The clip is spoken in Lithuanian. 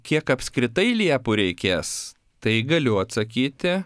kiek apskritai liepų reikės tai galiu atsakyti